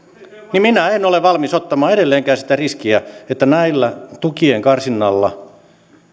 ja minä en ole valmis ottamaan edelleenkään sitä riskiä että näiden tukien karsinnalla